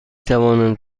توانم